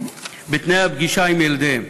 תנאי הפגישה עם ילדיהם.